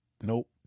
nope